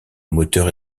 moteurs